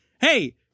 Hey